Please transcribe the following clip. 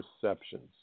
perceptions